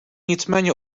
nicméně